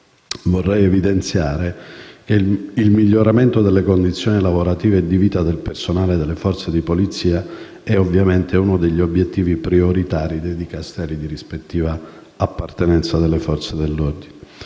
preme evidenziare che il miglioramento delle condizioni lavorative e di vita del personale delle forze di polizia è uno degli obiettivi prioritari dei Dicasteri di rispettiva appartenenza. Per quanto